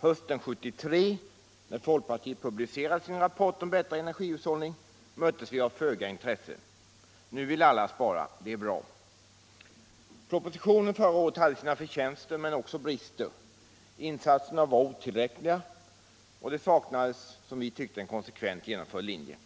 Hösten 1973 när folkpartiet publicerade sin rapport om bättre energihushållning möttes vi av föga intresse. Nu vill alla spara. Det är bra. Propositionen förra våren hade sina förtjänster, men också brister. Insatserna var otillräckliga och det saknades, som vi tyckte, en konsekvent genomförd linje.